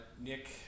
nick